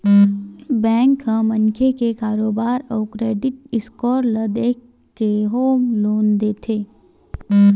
bank ह मनखे के कारोबार अउ क्रेडिट स्कोर ल देखके होम लोन देथे